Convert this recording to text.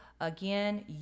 Again